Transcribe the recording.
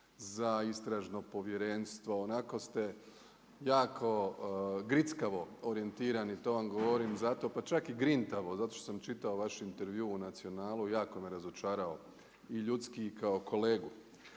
za Istražno povjerenstvo. Onako ste jako grickavo orijentirani. To vam govorim zato, pa čak i grintavo zato što sam čitao vaš intervju u Nacionalu. Jako me razočarao i ljudski i kao kolegu.